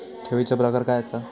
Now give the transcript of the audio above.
ठेवीचो प्रकार काय असा?